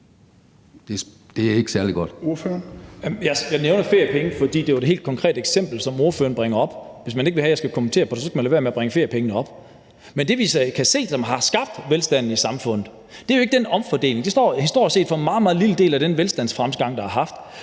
Lars Boje Mathiesen (NB): Jeg nævnte feriepengene, fordi det var et helt konkret eksempel, som spørgeren bragte op. Hvis man ikke vil have, jeg skal kommentere på det, skal man lade være med at bringe det op. Men det, vi kan se har skabt velstanden i samfundet, er jo ikke den omfordeling. Den står historisk set for en meget, meget lille del af den velstandsfremgang, der har været.